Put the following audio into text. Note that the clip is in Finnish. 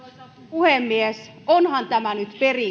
puhemies onhan tämä nyt perin